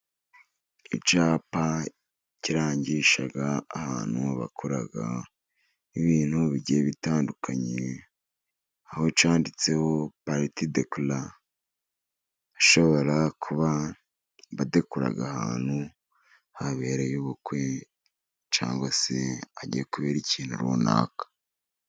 Icyapa kirangisha abantu bakora ibintu bigiye bitandukanye, aho cyanditseho "Party decor",bashobora kuba badekora ahantu habereye ubukwe, cyangwa se hagiye kubera ikintu runaka.